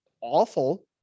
awful